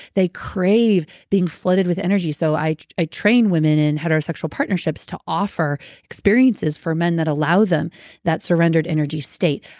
they crave being flooded with energy. so i i train women in heterosexual partnerships to offer experiences for men that allow them that surrendered energy state.